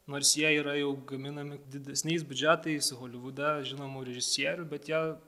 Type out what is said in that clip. nors jie yra jau gaminami didesniais biudžetais holivude žinomų režisierių bet jie